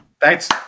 thanks